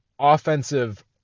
offensive